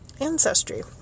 ancestry